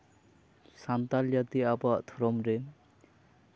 ᱥᱟᱱᱛᱟᱲ ᱡᱟᱹᱛᱤ ᱟᱵᱚᱣᱟᱜ ᱫᱷᱚᱨᱚᱢ ᱨᱮ